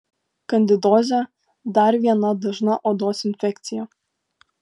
kandidozė dar viena dažna odos infekcija